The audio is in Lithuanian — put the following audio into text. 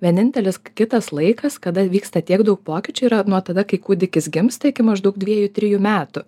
vienintelis kitas laikas kada vyksta tiek daug pokyčių yra nuo tada kai kūdikis gimsta iki maždaug dviejų trijų metų